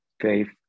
faith